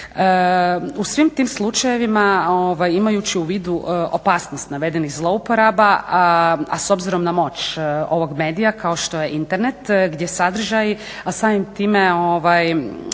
U svim tim slučajevima imajući u vidu opasnost navedenih zlouporaba, a s obzirom na moć ovog medija kao što je Internet, gdje sadržaj samim time